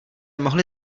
mohli